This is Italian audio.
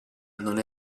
non